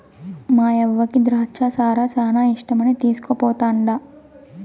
మాయవ్వకి ద్రాచ్చ సారా శానా ఇష్టమని తీస్కుపోతండా